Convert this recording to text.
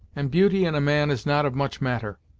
and beauty in a man is not of much matter.